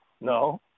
No